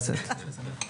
שלכם.